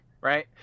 Right